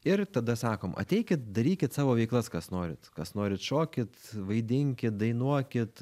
ir tada sakom ateikit darykit savo veiklas kas norit kas norit šokit vaidinkit dainuokit